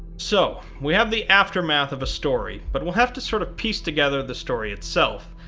so, we have the aftermath of a story, but we'll have to sort of piece together the story itself,